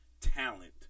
talent